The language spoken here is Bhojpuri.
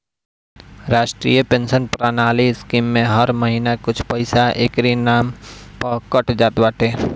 राष्ट्रीय पेंशन प्रणाली स्कीम में हर महिना कुछ पईसा एकरी नाम पअ कट जात बाटे